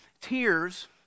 tears